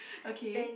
okay